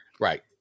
Right